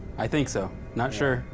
i think so, not sure.